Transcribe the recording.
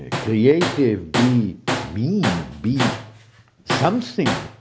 creative, be mean, be something!